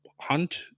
hunt